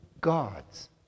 gods